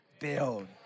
build